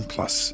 Plus